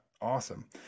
Awesome